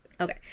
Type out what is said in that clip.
Okay